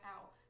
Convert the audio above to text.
out